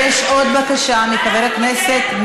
יש עוד בקשה מחבר הכנסת,